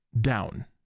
down